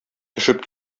төшеп